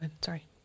Sorry